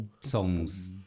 Songs